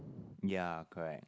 ya correct